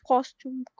Costume